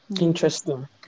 Interesting